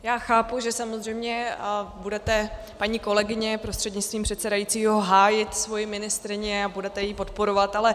Já chápu, že samozřejmě budete, paní kolegyně prostřednictvím předsedajícího, hájit svoji ministryni a budete ji podporovat.